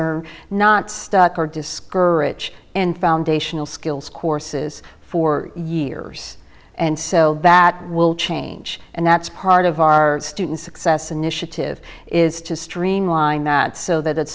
are not stuck or discourage in foundational skills courses for years and so that will change and that's part of our students success initiative is to streamline that so that